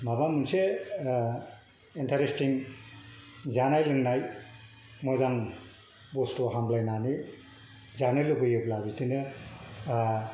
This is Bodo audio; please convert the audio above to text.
माबा मोनसे इनटारेस्टिं जानाय लोंनाय मोजां बुसथु हामब्लायनानै जानो लुबैयोब्ला बिदिनो